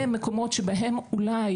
במקומות שבהם אולי